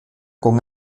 con